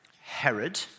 Herod